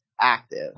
active